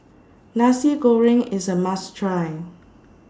Nasi Goreng IS A must Try